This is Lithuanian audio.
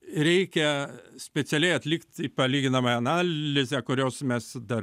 reikia specialiai atlikti palyginamąją analizę kurios mes dar